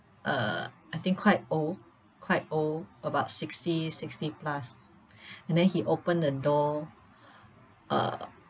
uh I think quite old quite old about sixty sixty plus and then he opened the door uh